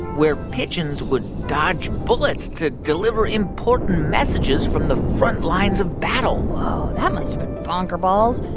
where pigeons would dodge bullets to deliver important messages from the frontlines of battle whoa. that must have been bonkerballs.